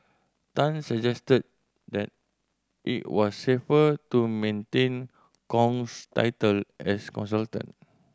Tan suggested that it was safer to maintain Kong's title as consultant